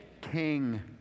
King